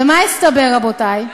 ומה התברר, רבותי?